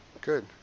good